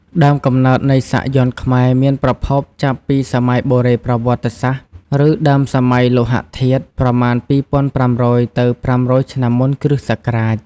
ដើមកំណើតនៃសាក់យ័ន្តខ្មែរមានប្រភពចាប់ពីសម័យបុរេប្រវត្តិសាស្ត្រឬដើមសម័យលោហធាតុ ប្រមាណ ២៥០០ ទៅ ៥០០ ឆ្នាំមុនគ្រិស្តសករាជ។